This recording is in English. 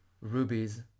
Rubies